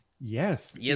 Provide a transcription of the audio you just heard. Yes